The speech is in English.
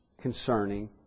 concerning